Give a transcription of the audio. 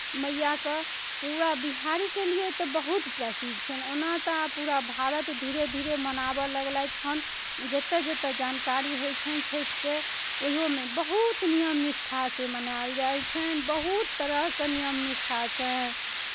मैयाके पूरा बिहारीके लिए तऽ बहुत प्रसिद्ध छनि ओना तऽ आब पूरा भारत धीरे धीरे मनाबय लगलथि हन जतय जतय जानकारी होइ छनि छठिके ओहिओमे बहुत नियम निष्ठासँ मनायल जाइ छनि बहुत तरहके नियम निष्ठा छनि